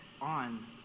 on